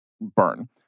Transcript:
burn